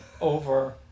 over